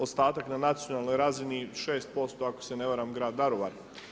Ostatak na nacionalnoj razini 6% ako se ne varam grad Daruvar.